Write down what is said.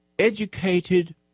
educated